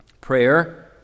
Prayer